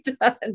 done